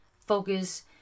Focus